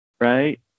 right